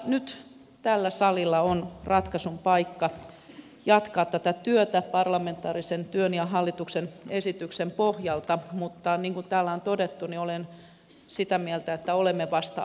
nyt tällä salilla on ratkaisun paikka jatkaa tätä työtä parlamentaarisen työn ja hallituksen esityksen pohjalta mutta olen sitä mieltä että olemme vasta alussa